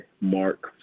Mark